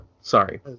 Sorry